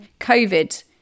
COVID